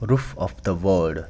roof of the word